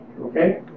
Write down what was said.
okay